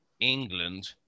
England